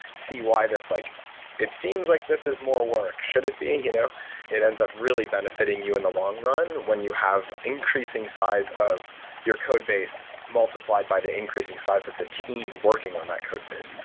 see why, like it seems like this is more work. should it be you know it ends up really benefitting you in the long run when you have increasing size of your codebase multiplied by the increasing size of the team working on that codebase.